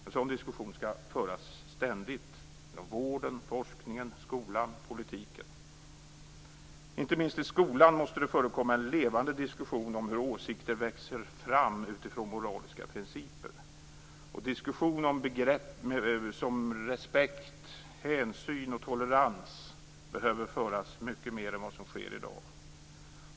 En sådan diskussion skall ständigt föras inom vården, forskningen, skolan och politiken. Inte minst i skolan måste det förekomma en levande diskussion om hur åsikter växer fram utifrån moraliska principer. Diskussion om begrepp som respekt, hänsyn och tolerans behöver föras mycket mer än vad som sker i dag.